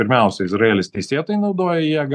pirmiausia izraelis teisėtai naudoja jėgą